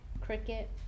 cricket